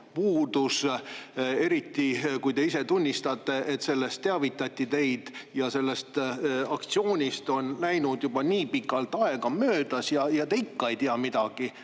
puudus, eriti kui te ise tunnistate, et teid sellest teavitati. Sellest aktsioonist on läinud juba nii pikk aega mööda ja te ikka ei tea midagi,